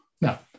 now